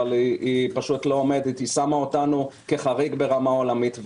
אבל היא שמה אותנו כחריג ברמה עולמית.